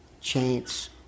chance